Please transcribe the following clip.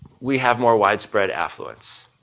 we have more widespread affluence.